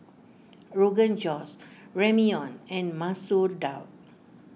Rogan Josh Ramyeon and Masoor Dal